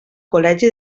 col·legi